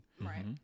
Right